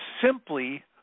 simply